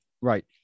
Right